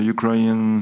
Ukrainian